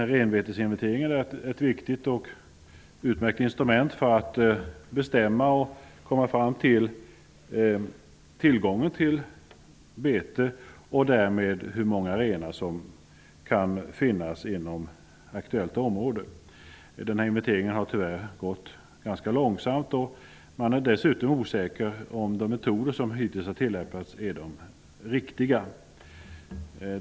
Renbetesinventeringen är ett viktigt och utmärkt instrument för att bestämma tillgången till bete och därmed hur många renar som kan finnas inom aktuellt område. Denna inventering har tyvärr gått ganska långsamt. Man är dessutom osäker på om de metoder som hittills har tillämpats är de riktiga.